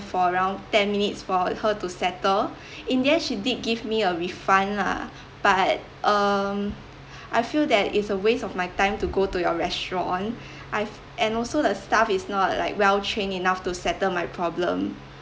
for around ten minutes for her to settle in the end she did give me a refund lah but um I feel that it's a waste of my time to go to your restaurant I've and also the staff is not like well trained enough to settle my problem